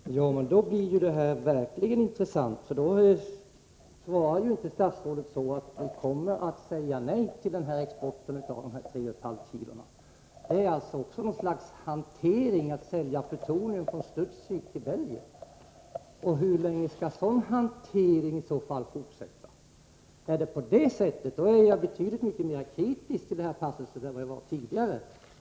Fru talman! Om det är på det sättet, blir frågan verkligen intressant. I så fall innebär inte statsrådets svar att vi kommer att säga nej till export av 3,5 kg plutonium. Att sälja plutonium från Studsvik till Belgien är alltså att betecknas som något slags hantering. Hur lång tid skall man i så fall hålla på med den hanteringen? Om det förhåller sig på detta sätt, är jag betydligt mera kritisk till denna passus i svaret än jag varit tidigare.